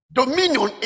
dominion